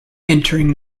entering